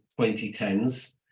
2010s